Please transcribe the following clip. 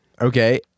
Okay